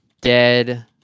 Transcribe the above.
dead